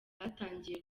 batangiye